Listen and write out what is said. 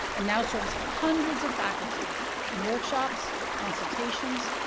and now serves hundreds of faculty in workshops, consultations,